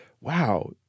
wow